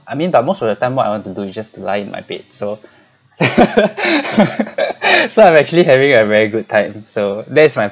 I mean like most of the time what I want to do you just lie in my bed so so I'm actually having a very good time so that's my